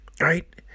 Right